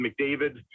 McDavid